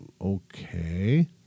okay